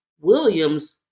William's